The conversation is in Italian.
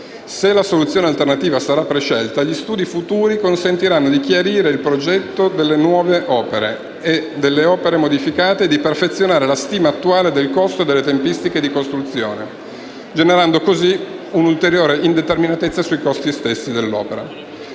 se la soluzione alternativa sarà prescelta, gli studi futuri consentiranno di chiarire il progetto delle nuove opere e delle opere modificate e di perfezionare la stima attuale del costo e delle tempistiche di costruzione», generando così un'ulteriore indeterminatezza sui costi stessi dell'opera